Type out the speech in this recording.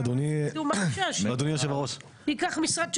משרד המים,